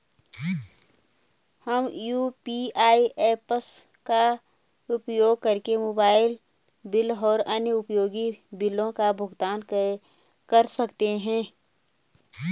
हम UPI apps का उपयोग करके मोबाइल बिल और अन्य उपयोगी बिलों का भुगतान कर सकते हैं